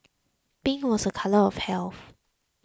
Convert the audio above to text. pink was a colour of health